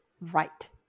Right